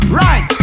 right